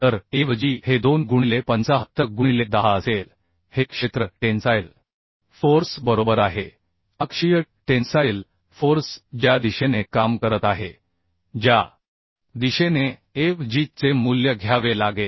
तर a v g हे 2 गुणिले 75 गुणिले 10 असेल हे क्षेत्र टेन्साइल फोर्स बरोबर आहे अक्षीय टेन्साइल फोर्स ज्या दिशेने काम करत आहे ज्या दिशेने a v g चे मूल्य घ्यावे लागेल